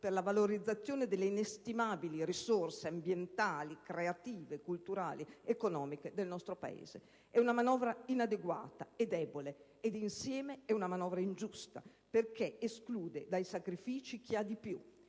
per la valorizzazione delle inestimabili risorse ambientali, creative, culturali, economiche del nostro Paese. È una manovra inadeguata e debole, ed insieme è una manovra ingiusta, perché esclude dai sacrifici chi ha di più.